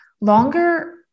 longer